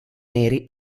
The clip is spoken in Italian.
neri